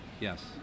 yes